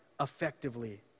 effectively